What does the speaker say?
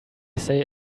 say